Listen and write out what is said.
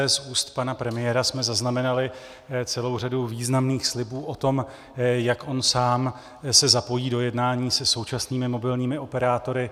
Z úst pana premiéra jsme zaznamenali celou řadu významných slibů o tom, jak on sám se zapojí do jednání se současnými mobilními operátory.